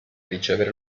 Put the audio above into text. ricevere